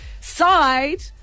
side